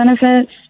benefits